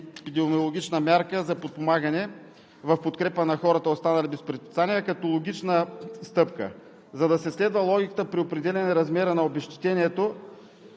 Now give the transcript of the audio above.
противоепидемиологична мярка за подпомагане, в подкрепа на хората, останали без препитание, а като логична стъпка. За да се следва логиката при определяне на размера на обезщетението,